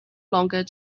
longer